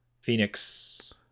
Phoenix